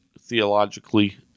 theologically